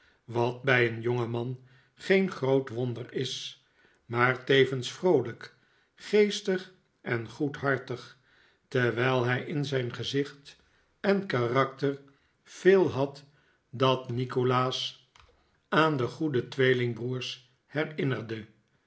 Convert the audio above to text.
een jongeman geen groot wonder is maar tevens vroolijk geestig en goedhartig terwijl hij in zijn gezicht en karakter veel had dat nikolaas aan de goede tweelingbroers herinnerde